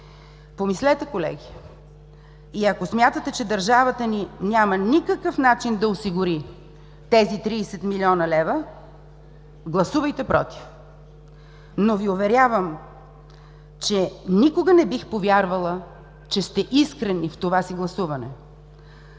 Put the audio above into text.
Помислете, колеги! И ако смятате, че държавата ни няма никакъв начин да осигури тези 30 млн. лв., гласувайте „против“! Но Ви уверявам, че никога не бих повярвала, че сте искрени в това си гласуване.